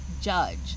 judge